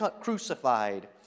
crucified